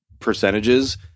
percentages